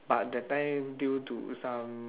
but that time due to some